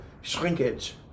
shrinkage